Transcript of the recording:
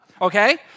okay